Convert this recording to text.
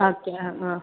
okay ആ ആ